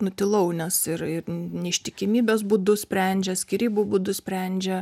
nutilau nes ir ir neištikimybės būdu sprendžia skyrybų būdu sprendžia